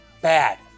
bad